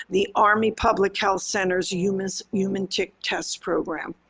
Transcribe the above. the army public health centers human human tick test program.